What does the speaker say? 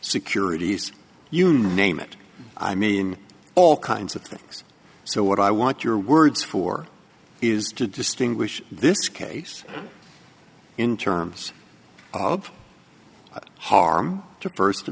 securities you name it i mean all kinds of things so what i want your words for is to distinguish this case in terms of harm to first